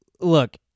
Look